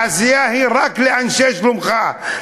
העשייה היא רק לאנשי שלומך,